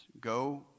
go